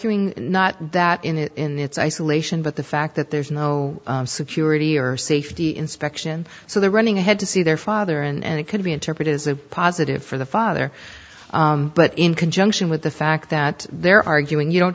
arguing not that in its isolation but the fact that there's no security or safety inspection so they're running ahead to see their father and it could be interpreted as a positive for the father but in conjunction with the fact that they're arguing you don't